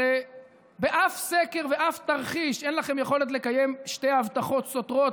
הרי באף סקר ובאף תרחיש אין לכם יכולת לקיים שתי הבטחות סותרות,